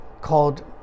called